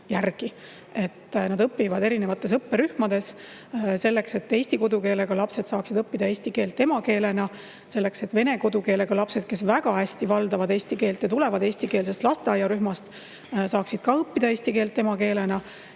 Nad õpivad erinevates õpperühmades selleks, et eesti kodukeelega lapsed saaksid õppida eesti keelt emakeelena ja vene kodukeelega lapsed, kes väga hästi valdavad eesti keelt ja tulevad eestikeelsest lasteaiarühmast, saaksid ka õppida eesti keelt emakeelena